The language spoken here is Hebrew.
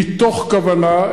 מתוך כוונה,